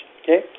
okay